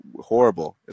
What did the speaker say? horrible